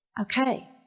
okay